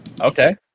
Okay